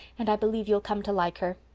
and i believe you'll come to like her.